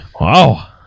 Wow